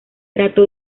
trató